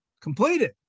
completed